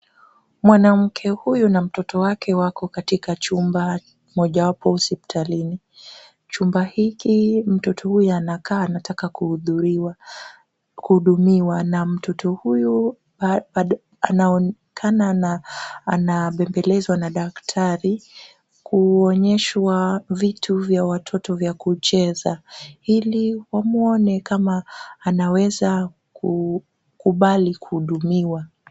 Mwanamke huyu na mtoto wake wako katika chumba mojawapo hospitalini. Chumba hiki mtoto huyu anakaa ni kama anataka kuhudumiwa na mtoto huyu anaonekana anabembelezwa na daktari kuonyeshwa vitu vya watoto wa kucheza ili wamwone kama anaweza kukubali kuhudumiwa.